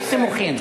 יש סימוכין.